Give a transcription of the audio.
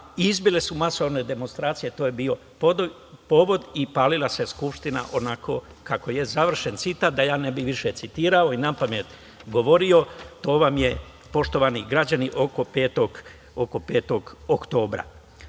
izbile su masovne demonstracije. To je bio povod i palila se Skupština onako kako je. Završen citat. Da ja ne bi više citirao i napamet govorio, to vam je, poštovani građani oko 5.